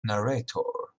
narrator